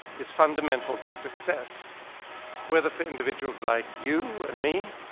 is fundamental to success whether for individuals like you and me,